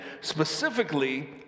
specifically